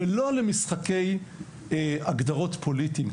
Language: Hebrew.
ולא למשחקי הגדרות פוליטיים,